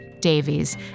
Davies